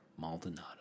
Maldonado